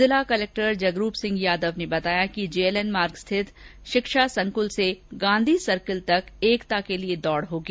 जिला कलेक्टर जगरूप सिंह यादव ने बताया कि जेएलएन मार्ग पर स्थित शिक्षा संकृल से गांधी सर्किल तक रन फॉर यूनिटी होगा